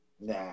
Nah